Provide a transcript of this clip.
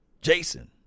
Jason